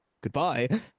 Goodbye